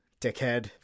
dickhead